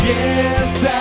Yes